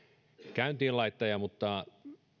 käyntiinlaittaja mutta